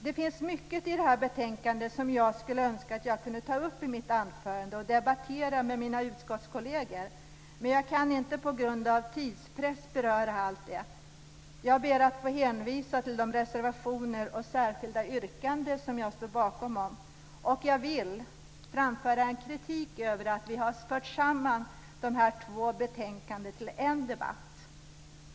Det finns mycket i det här betänkandet som jag skulle önska att jag kunde ta upp i mitt anförande och debattera med mina utskottskolleger, men på grund av tidsbrist kan jag inte beröra allt. Jag ber att få hänvisa till de reservationer och särskilda yrkanden som jag står bakom. Jag vill framföra kritik över att vi har fört samman de här två betänkandena till en debatt.